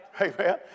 Amen